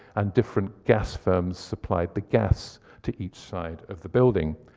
and different gas firms supplied the gas to each side of the building.